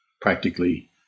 practically